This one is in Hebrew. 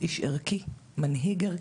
איש ערכי, מנהיג ערכי.